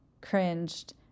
cringed